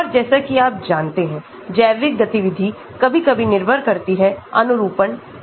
और जैसा कि आप जानते हैं जैविक गतिविधि कभी कभी निर्भर करती है अनुरूपण पर